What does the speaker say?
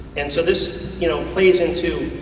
and so this you know, plays into.